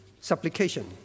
supplication